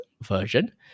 version